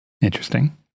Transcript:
Interesting